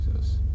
Jesus